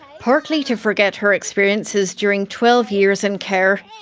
partly to forget her experiences during twelve years in care.